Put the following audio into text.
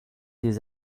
des